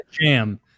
jam